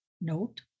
note